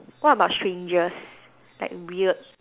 what about strangest like weird